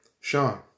Sean